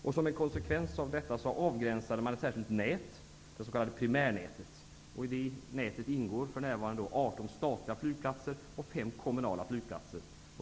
Såsom en konsekvens av detta avgränsade man ett särskilt nät, det s.k. primärnätet. I det nätet ingår för närvarande 18 statliga och 5 kommunala flygplatser.